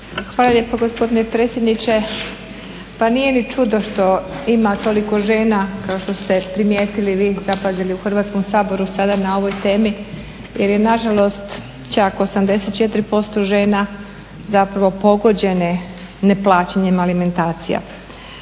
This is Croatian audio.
Hvala lijepa gospodine predsjedniče. Pa nije ni čudo što ima toliko žena kao što ste primijetili vi i zapazili u Hrvatskom saboru sada na ovoj temi jer je nažalost čak 84% žena zapravo pogođeno neplaćanjem alimentacije.